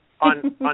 On